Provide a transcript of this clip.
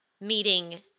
meeting